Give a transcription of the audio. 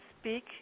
Speak